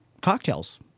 cocktails